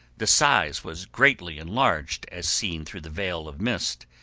the size was greatly enlarged as seen through the veil of mist,